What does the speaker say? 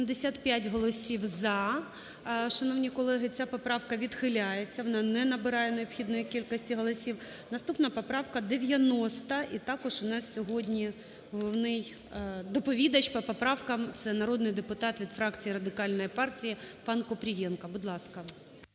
75 голосів "за". Шановні колеги, ця поправка відхиляється, вона не набирає необхідної кількості голосів. Наступна поправка 90-а. І також у нас сьогодні головний доповідач по поправкам – це народний депутат від фракції Радикальної партії панКупрієнко. Будь ласка.